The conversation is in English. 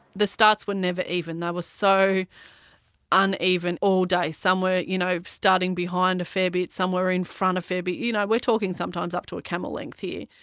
the starts were never even, they were so uneven all day, some were, you know, starting behind a fair bit, some were in front a fair bit. you know we're talking sometimes up to a camel length here.